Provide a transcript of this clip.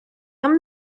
нам